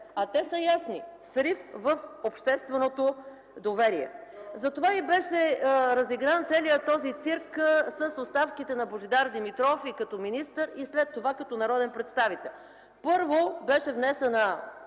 А те са ясни – срив в общественото доверие. Затова и беше разигран целият този цирк с оставките на Божидар Димитров и като министър, и след това като народен представител. Първо беше внесено